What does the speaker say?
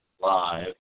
live